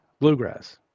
bluegrass